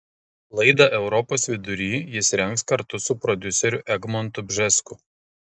laidą europos vidury jis rengs kartu su prodiuseriu egmontu bžesku